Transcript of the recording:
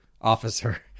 officer